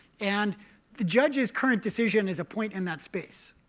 and the judge's current decision is a point in that space.